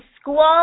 school